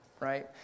right